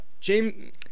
James